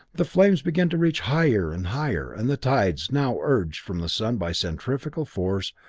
the flames begin to reach higher and higher, and the tides, now urged from the sun by centrifugal force,